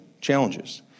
challenges